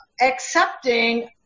accepting